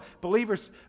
believers